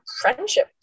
friendship